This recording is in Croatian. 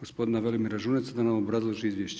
gospodina Velimira Žuneca da nam obrazloži izvješće.